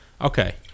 Okay